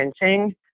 printing